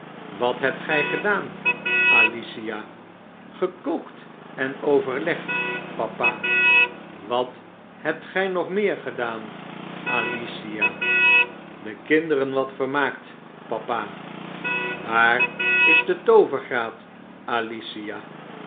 wat hebtgjj gedaan alicia gekookt en overlegd papa wat hebt gjj nog meer gedaan alicia de kinderen wat vermaakt papa waar is de toovergraat alicia